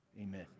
amen